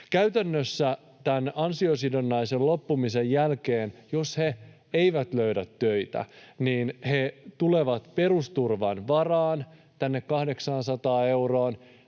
Käytännössä tämän ansiosidonnaisen loppumisen jälkeen, jos he eivät löydä töitä, he tulevat perusturvan varaan, 800 euroon.